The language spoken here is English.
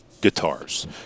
guitars